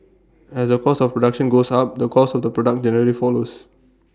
as the cost of production goes up the cost of the product generally follows